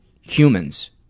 humans